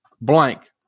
blank